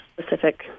specific